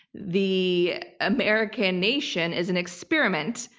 the american nation is an experiment.